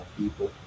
people